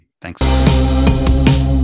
Thanks